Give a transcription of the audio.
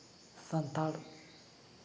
Santal